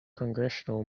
congressional